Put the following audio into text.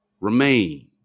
remain